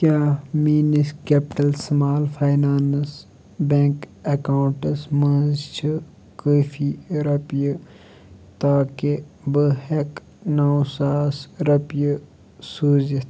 کیٛاہ میٲنِس capital small finance bank accounts منٛز چھِ کٲفی رۄپیہِ تاکہِ بہٕ ہیٚکہٕ نو ساس رۄپیہِ سوٗزِتھ؟